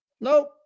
Nope